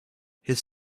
his